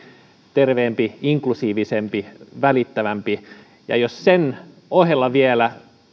terveempi inklusiivisempi välittävämpi ja jos sen ohella vielä